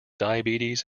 diabetes